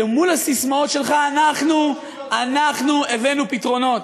למול הססמאות שלך אנחנו הבאנו פתרונות.